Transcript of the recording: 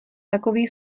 takový